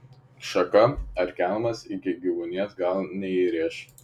šaka ar kelmas iki gyvuonies gal neįrėš